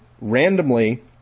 randomly